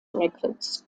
records